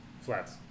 Flats